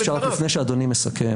אם אפשר לפני שאדוני מסכם.